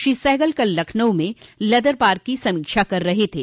श्री सहगल कल लखनऊ में leather park की समीक्षा कर रहे थे